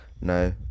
No